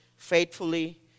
faithfully